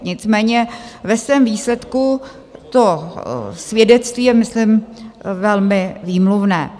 Nicméně ve svém výsledku je to svědectví a myslím velmi výmluvné.